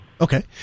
Okay